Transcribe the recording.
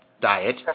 diet